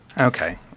Okay